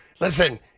listen